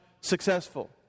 successful